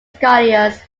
scholars